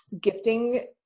gifting